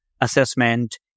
assessment